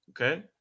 okay